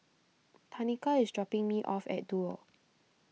Tanika is dropping me off at Duo